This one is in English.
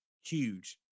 huge